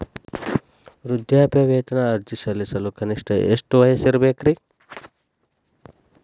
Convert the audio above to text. ವೃದ್ಧಾಪ್ಯವೇತನ ಅರ್ಜಿ ಸಲ್ಲಿಸಲು ಕನಿಷ್ಟ ಎಷ್ಟು ವಯಸ್ಸಿರಬೇಕ್ರಿ?